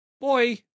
boy